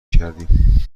کردیم